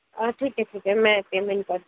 ठीक है ठीक है मैं पेमेंट करती हूँ